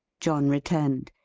john returned.